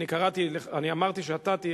אני אמרתי שאתה תהיה,